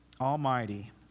Almighty